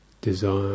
desire